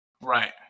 Right